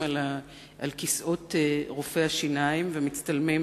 על כיסאות רופאי השיניים ומצטלמים,